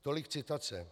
Tolik citace.